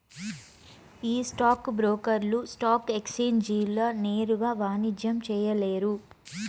ఈ స్టాక్ బ్రోకర్లు స్టాక్ ఎక్సేంజీల నేరుగా వాణిజ్యం చేయలేరు